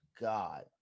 god